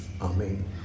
Amen